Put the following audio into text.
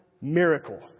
miracle